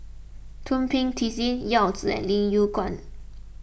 Thum Ping Tjin Yao Zi and Lim Yew Kuan